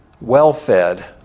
Well-fed